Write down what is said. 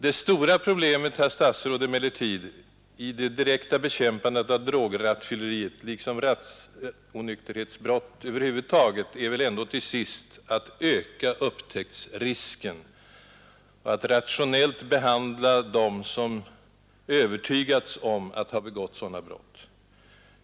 Det stora problemet, herr statsråd, vid det direkta bekämpandet av drograttfylleriet liksom av rattonykterhet över huvud taget är väl ändå till sist att öka upptäcktsrisken och att rationellt behandla dem som övertygats om att ha begått sådana brott.